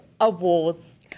Awards